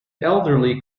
elderly